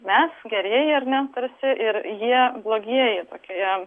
mes gerieja ar ne tarsi ir jie blogieji tokioje